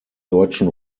deutschen